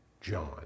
John